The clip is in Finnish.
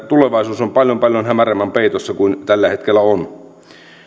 tulevaisuus on paljon paljon hämärämmän peitossa kuin tällä hetkellä on